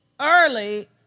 early